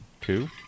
two